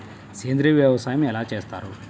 సేంద్రీయ వ్యవసాయం ఎలా చేస్తారు?